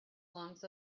lungs